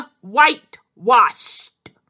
whitewashed